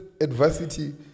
adversity